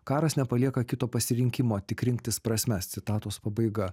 karas nepalieka kito pasirinkimo tik rinktis prasmes citatos pabaiga